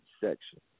section